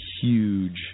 huge